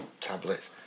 tablets